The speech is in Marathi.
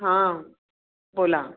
हां बोला